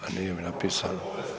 A nije mi napisano.